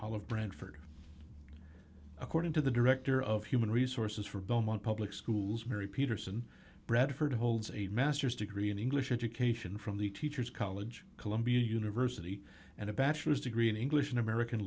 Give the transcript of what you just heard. olive branch for according to the director of human resources for belmont public schools mary peterson bradford holds a master's degree in english education from the teacher's college columbia university and a bachelor's degree in english an american